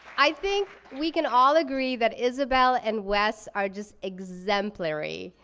i think we can all agree that isabel and wes are just exemplary.